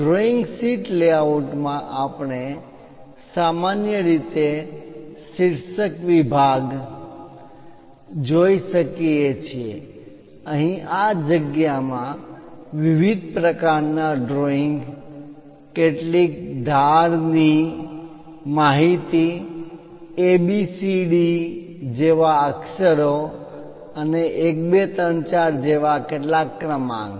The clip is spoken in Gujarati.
ડ્રોઈંગ શીટ લેઆઉટ માં આપણે સામાન્ય રીતે શીર્ષક વિભાગ ટાઈટલ બ્લોક title block જોઈ શકીએ છીએ અહીં આ જગ્યામાં વિવિધ પ્રકારના ડ્રોઇંગ કેટલીક ધાર કોર ની માહિતી એ બી સી ડી જેવા અક્ષરો અને 1 2 3 4 જેવા કેટલાક ક્રમાંક